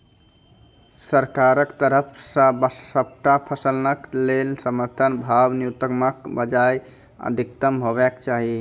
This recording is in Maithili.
सरकारक तरफ सॅ सबटा फसलक लेल समर्थन भाव न्यूनतमक बजाय अधिकतम हेवाक चाही?